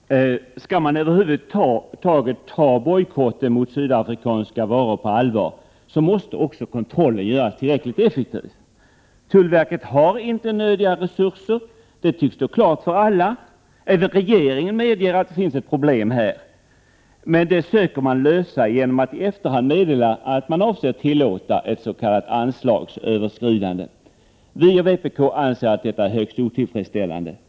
Herr talman! Skall man över huvud taget ta bojkotten mot sydafrikanska varor på allvar, måste också kontrollen göras tillräckligt effektiv. Tullverket har inte nödvändiga resurser. Det tycks stå klart för alla. Även regeringen medeger att det finns ett problem här. Men det problemet söker man lösa genom att i efterhand meddela att man avser tillåta ett s.k. anslagsöverskridande. Vi och vpk anser att detta är högst otillfredsställande.